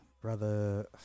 brother